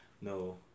no